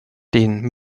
den